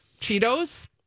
Cheetos